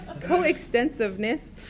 Co-extensiveness